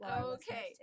Okay